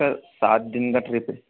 sir सात दिन की ट्रिप है